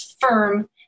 firm